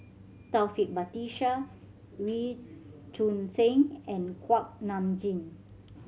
Taufik Batisah Wee Choon Seng and Kuak Nam Jin